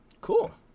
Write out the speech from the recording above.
Cool